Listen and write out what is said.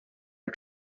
are